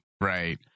right